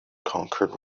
conquered